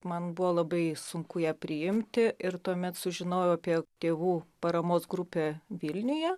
man buvo labai sunku ją priimti ir tuomet sužinojau apie tėvų paramos grupę vilniuje